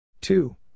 Two